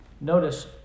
Notice